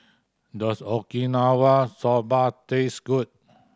does Okinawa Soba taste good